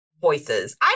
voices